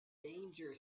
danger